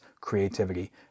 creativity